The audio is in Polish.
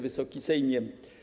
Wysoki Sejmie!